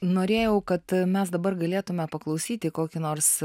norėjau kad mes dabar galėtume paklausyti kokį nors